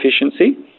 efficiency